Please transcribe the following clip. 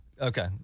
Okay